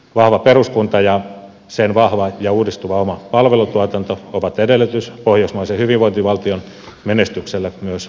vahva peruskunta ja sen vahva ja uudistuva oma palvelutuotanto ovat edellytys pohjoismaisen hyvinvointivaltion menestykselle myös jatkossa